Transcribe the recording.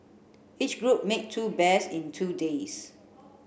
each group made two bears in two days